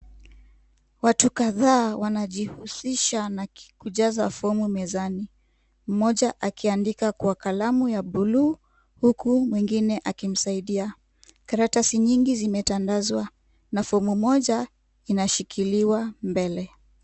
Watu kadhaa wanajihusisha na kujaza fomu mezani, mmoja akiandika kwa kalamu ya buluu huku mwingine akimsaidia. Karatasi nyingi zimetandazwa na fomu moja inashikiliwa mbele.